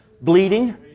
bleeding